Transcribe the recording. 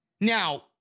Now